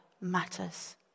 matters